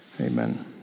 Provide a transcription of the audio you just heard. Amen